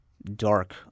dark